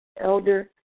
elder